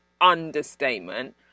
understatement